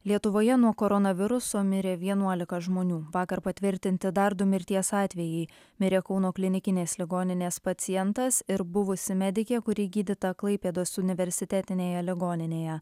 lietuvoje nuo koronaviruso mirė vienuolika žmonių vakar patvirtinti dar du mirties atvejai mirė kauno klinikinės ligoninės pacientas ir buvusi medikė kuri gydyta klaipėdos universitetinėje ligoninėje